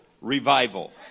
revival